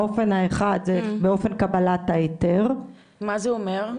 האופן האחד זה באופן קבלת ההיתר, מה זה אומר?